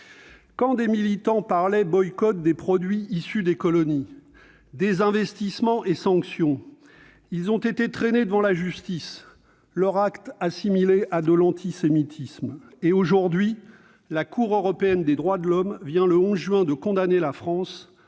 Quand des militants parlaient boycott des produits issus des colonies, désinvestissement, sanctions, ils ont été traînés devant la justice et leurs actes assimilés à de l'antisémitisme. Or la Cour européenne des droits de l'homme vient de condamner la France,